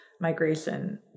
migration